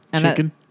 Chicken